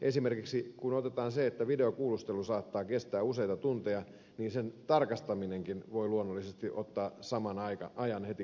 esimerkiksi kun videokuulustelu saattaa kestää useita tunteja niin sen tarkastaminenkin voi luonnollisesti ottaa saman ajan heti kuulustelun jälkeen